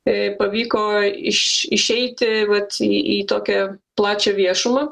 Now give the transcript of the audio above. tai pavyko iš išeiti vat į tokią plačią viešumą